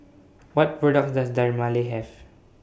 What products Does Dermale Have